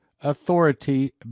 authority